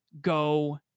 go